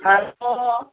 hello